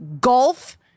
Golf